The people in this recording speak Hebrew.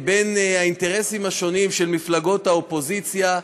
בין האינטרסים השונים של מפלגות האופוזיציה,